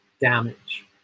damage